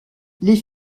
les